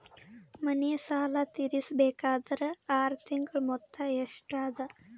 ಮನೆ ಸಾಲ ತೀರಸಬೇಕಾದರ್ ಆರ ತಿಂಗಳ ಮೊತ್ತ ಎಷ್ಟ ಅದ?